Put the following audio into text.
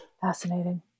Fascinating